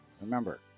Remember